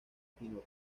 pino